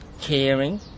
caring